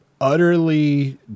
Utterly